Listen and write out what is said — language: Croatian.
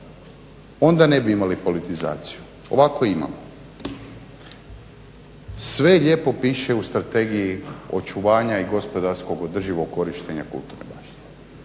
onda ne bi imali politizaciju ovako imamo. Sve lijepo piše u strategiji očuvanja i gospodarskog održivog korištenja kulturne baštine.